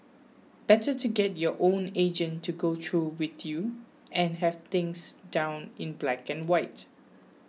better to get your own agent to go through with you and have things down in black and white